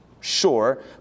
sure